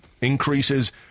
increases